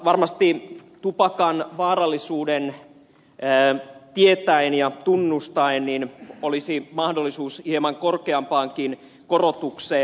varmasti tupakan vaarallisuuden tietäen ja tunnustaen olisi mahdollisuus hieman korkeampaankin korotukseen